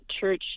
church